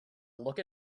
look